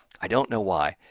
i don't know why.